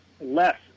less